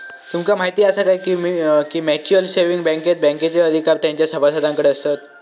तुमका म्हायती आसा काय, की म्युच्युअल सेविंग बँकेत बँकेचे अधिकार तेंच्या सभासदांकडे आसतत